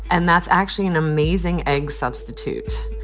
and that's actually an amazing egg substitute.